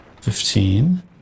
fifteen